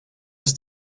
ist